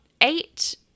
eight